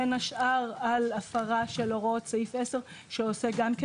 בין השאר על הפרה של הוראות סעיף 10 שעוסק גם כן